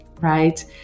right